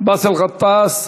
באסל גטאס?